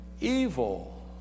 evil